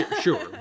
sure